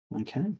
okay